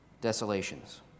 desolations